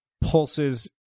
pulse's